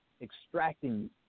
extracting